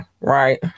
Right